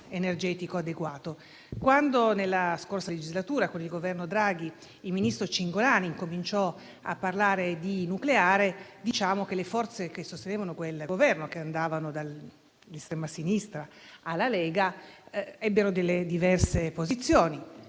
Quando, nella scorsa legislatura, con il Governo Draghi, il ministro Cingolani cominciò a parlare di nucleare, le forze che sostenevano quel Governo, che andavano dall'estrema sinistra alla Lega, ebbero diverse posizioni.